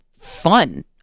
fun